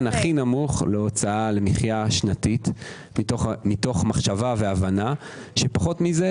הכי נמוך להוצאה למחיה השנתית מתוך מחשבה והבנה שפחות מזה